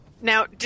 Now